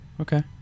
Okay